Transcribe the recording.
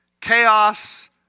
Chaos